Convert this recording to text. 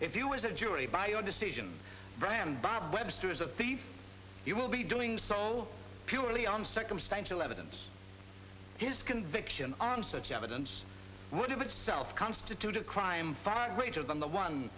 if you as a jury by your decision brand bob webster as a thief you will be doing so purely on circumstantial evidence his conviction on such evidence would have itself constitute a crime far greater than the one